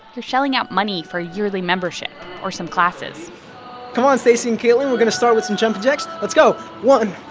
you're shelling out money for a yearly membership or some classes come on, stacey and caitlin. we're going to start with some jumping jacks. let's go one,